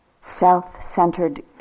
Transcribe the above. self-centered